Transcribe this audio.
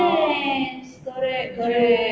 yes correct correct